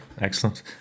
excellent